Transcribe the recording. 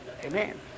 Amen